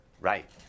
Right